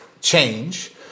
change